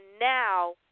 now